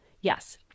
Yes